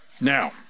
now